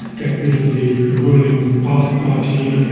get rid of the ruling ba'ath party you